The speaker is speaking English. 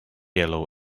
yellow